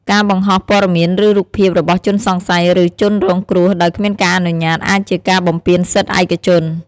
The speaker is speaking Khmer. ការបង្ហោះព័ត៌មាន ឬ រូបភាព របស់ ជនសង្ស័យ ឬ ជនរងគ្រោះ ដោយ គ្មានការអនុញ្ញាត អាចជា ការបំពានសិទ្ធិឯកជន។